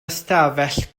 ystafell